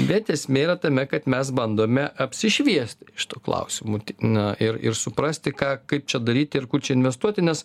bet esmė yra tame kad mes bandome apsišviesti šituo klausimu na ir ir suprasti ką kaip čia daryti ir kur čia investuoti nes